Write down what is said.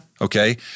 Okay